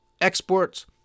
exports